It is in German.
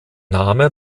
name